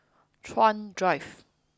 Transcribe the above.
Chuan Drive